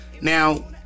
Now